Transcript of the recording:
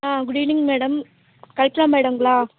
ah good evening madam Pavithra மேடம்ங்ளா